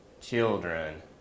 children